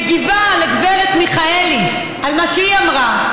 מגיבה לגברת מיכאלי על מה שהיא אמרה.